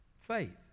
faith